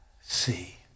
see